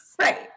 Right